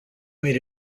made